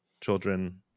children